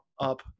up